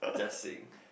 just saying